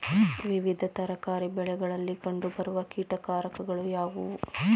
ವಿವಿಧ ತರಕಾರಿ ಬೆಳೆಗಳಲ್ಲಿ ಕಂಡು ಬರುವ ಕೀಟಕಾರಕಗಳು ಯಾವುವು?